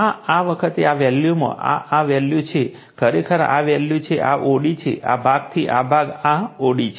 તો આ વખતે આ વેલ્યુમાં આ આ વેલ્યુ છે ખરેખર આ વેલ્યુ છે આ o d છે આ ભાગ થી આ ભાગ આ o d છે